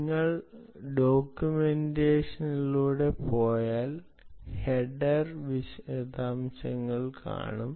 നിങ്ങൾ ഡോക്യുമെന്റേഷനിലൂടെ പോയാൽ ഹെഡർ വിശദാംശങ്ങൾ കാണും